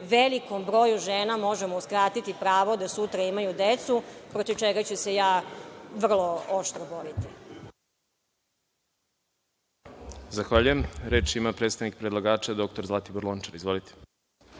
velikom broju žena možemo uskratiti pravo da sutra imaju decu, protiv čega ću se ja vrlo oštro boriti. **Đorđe Milićević** Zahvaljujem. Reč ima predstavnik predlagača dr Zlatibor Lončar. Izvolite.